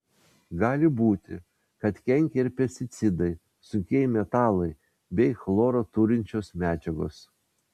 gali būti kad kenkia ir pesticidai sunkieji metalai bei chloro turinčios medžiagos